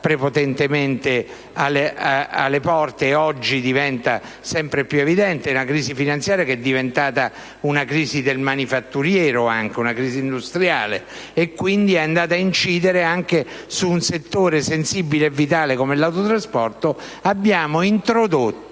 (una crisi finanziaria diventata poi anche crisi del manifatturiero, quindi una crisi industriale che è andata a incidere anche su un settore sensibile e vitale come l'autotrasporto),